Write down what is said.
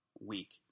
week